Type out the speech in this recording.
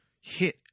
hit